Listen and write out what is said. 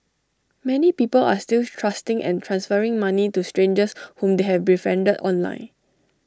many people are still trusting and transferring money to strangers whom they have befriended online